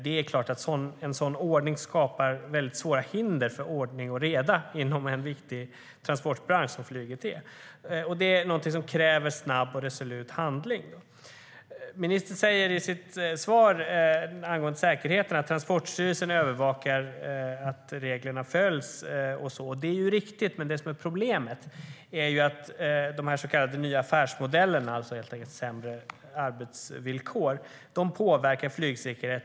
Det är klart att det medför stora hinder för ordning och reda inom en så viktig transportbransch som flyget. Det kräver snabbt och resolut agerande. Ministern säger i sitt svar angående säkerheten att Transportstyrelsen övervakar att reglerna följs. Det är riktigt, men problemet är att de så kallade nya affärsmodellerna - sämre arbetsvillkor helt enkelt - påverkar flygsäkerheten.